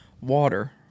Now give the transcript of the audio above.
Water